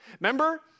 Remember